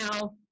now